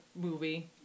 movie